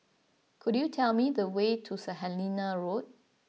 could you tell me the way to San Helena Road